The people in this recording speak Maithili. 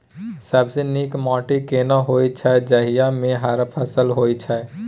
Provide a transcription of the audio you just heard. सबसे नीक माटी केना होय छै, जाहि मे हर फसल होय छै?